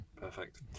Perfect